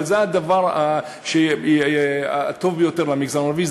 אבל זה הדבר הטוב ביותר למגזר הערבי.